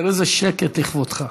תראה איזה שקט לכבודך.